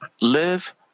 live